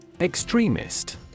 Extremist